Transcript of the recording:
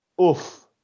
Oof